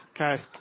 Okay